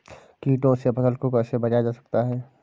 कीटों से फसल को कैसे बचाया जा सकता है?